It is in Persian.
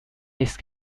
ایست